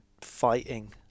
fighting